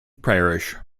parish